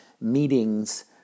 meetings